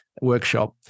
workshop